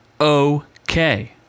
Okay